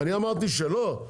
אני אמרתי שלא?